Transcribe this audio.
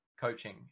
coaching